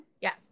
Yes